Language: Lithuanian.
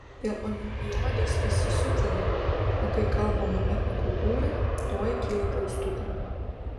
dėl olimpiados visi sutaria o kai kalbama apie kultūrą tuoj kyla klaustukų